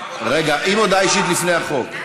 רגע, אם הודעה אישית, אז לפני החוק.